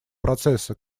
процесса